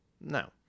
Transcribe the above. No